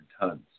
tons